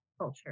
culture